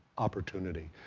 opportunity.